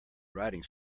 writing